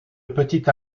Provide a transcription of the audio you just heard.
petite